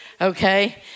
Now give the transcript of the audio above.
okay